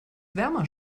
wärmer